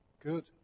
good